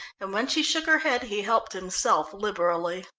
and when she shook her head, he helped himself liberally.